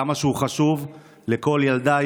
כמה שהוא חשוב לכל ילדה,